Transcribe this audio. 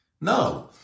No